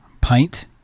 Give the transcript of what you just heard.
pint